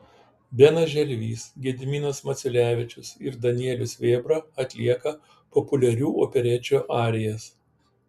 benas želvys gediminas maciulevičius ir danielius vėbra atlieka populiarių operečių arijas